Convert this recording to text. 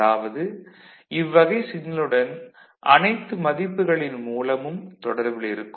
அதாவது இவ்வகை சிக்னலுடன் அனைத்து மதிப்புகளின் மூலமும் தொடர்பில் இருக்கும்